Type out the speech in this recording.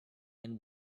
and